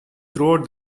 throughout